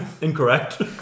Incorrect